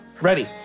Ready